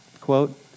quote